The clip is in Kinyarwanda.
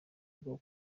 bwo